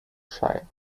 shire